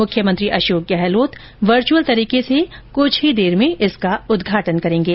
मुख्यमंत्री अशोक गहलोत वर्च्यअल तरीके से कुछ ही देर में इसका उदघाटन करेंगे